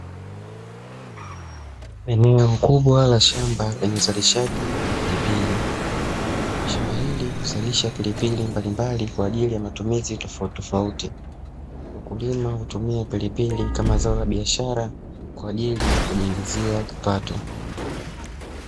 Eneo kubwa la shamba lenye uzalishaji wa pilipili. Shamba hili huzalisha pilipili mbalimbali kwa ajili ya matumizi tofautitofauti. Wakulima hutumia pilipili kama zao la biashara kwa ajili ya kujiingizia kipato.